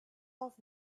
off